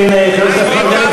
הנתון הזה מטעה,